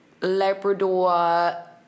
Labrador